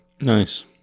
nice